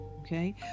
Okay